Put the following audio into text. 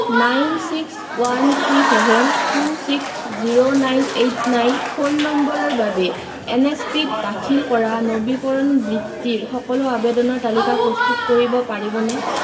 nine six one three seven two six zero nine eight nine phone নম্বৰৰ বাবে এনএছপিত দাখিল কৰা নবীকৰণ বৃত্তিৰ সকলো আবেদনৰ তালিকা প্ৰস্তুত কৰিব পাৰিবনে